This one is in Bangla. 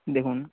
দেখুন